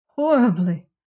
Horribly